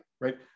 right